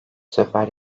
sefer